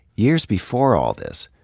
years before all this,